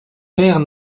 père